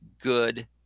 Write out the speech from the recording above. good